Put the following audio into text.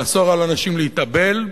לאסור על אנשים להתאבל,